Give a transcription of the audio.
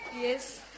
Yes